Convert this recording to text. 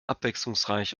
abwechslungsreich